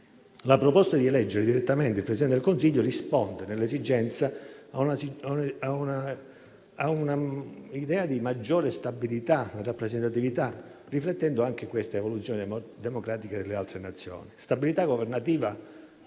La proposta di eleggere direttamente il Presidente del Consiglio risponde all'esigenza di maggiore stabilità e rappresentatività, riflettendo anche l'evoluzione democratica di altre Nazioni. Stabilità governativa